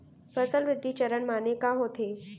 फसल वृद्धि चरण माने का होथे?